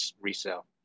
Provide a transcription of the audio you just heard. resell